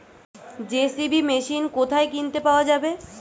JCB machine কোথায় কিনতে পাওয়া যাবে?